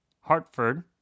hartford